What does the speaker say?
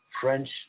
French